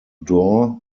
door